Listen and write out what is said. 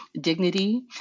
dignity